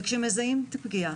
וכשמזהים פגיעה,